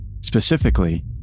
Specifically